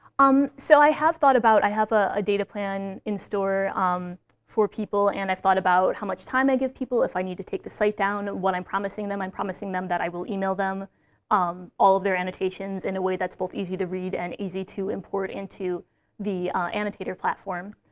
um so i have thought about i have a data plan in store um for people. and i've thought about how much time i give people if i need to take the site down. what i'm promising them i'm promising them that i will email them um all of their annotations in a way that's both easy to read and easy to import into the annotator platform.